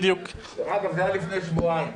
דרך אגב, זה היה לפני שבועיים.